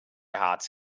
hearts